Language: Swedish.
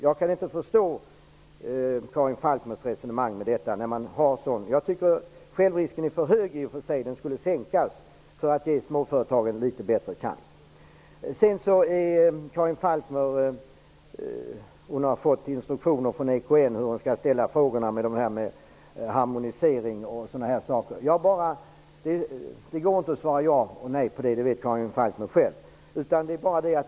Jag kan inte förstå Karin Falkmers resonemang. Självrisken är för hög och borde sänkas för att ge småföretagen en bättre chans. Karin Falkmer har från EKN fått instruktioner om hur hon skall ställa frågorna beträffande harmoniseringen och sådana saker. Det går inte att svara ja eller nej på hennes frågor. Det vet Karin Falkmer själv.